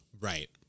Right